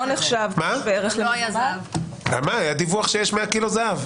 היה דיווח שהיה 100 קילו זהב.